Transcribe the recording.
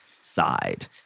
side